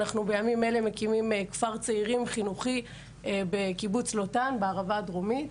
בימים אלה אנחנו מקימים כפר צעירים חינוכי בקיבוץ לוטם בערבה הדרומית,